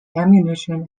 ammunition